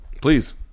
Please